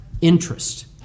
interest